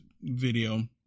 video